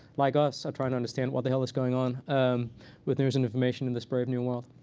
like us, are trying to understand what the hell is going on with news and information in this brave new world.